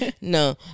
no